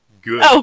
good